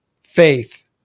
faith